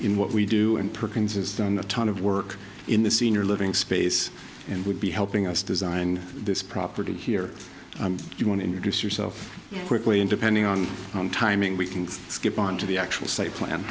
in what we do and perkins is doing a ton of work in the senior living space and would be helping us design this property here you want to introduce yourself quickly and depending on timing we can skip on to the actual site plan